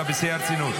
--- עכשיו בשיא הרצינות.